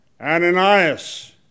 Ananias